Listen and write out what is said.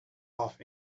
off